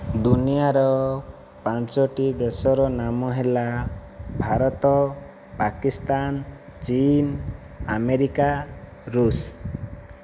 ଦୁନିଆର ପାଞ୍ଚଟି ଦେଶର ନାମ ହେଲା ଭାରତ ପାକିସ୍ତାନ ଚୀନ ଆମେରିକା ଋଷ